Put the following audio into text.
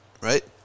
right